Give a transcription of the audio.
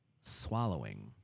Swallowing